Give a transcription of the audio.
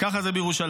ככה זה בירושלים.